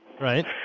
Right